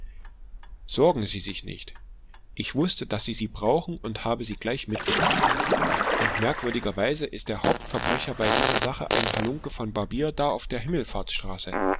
sorgen sie sich nicht ich wußte daß sie sie brauchen und habe sie gleich mitgebracht und merkwürdigerweise ist der hauptverbrecher bei dieser sache ein halunke von barbier da auf der